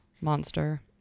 Monster